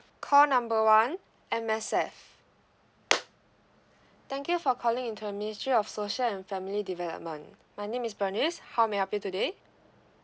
call number one M_S_F thank you for calling into the ministry of social and family development my name is B E R N I C E how may I help you today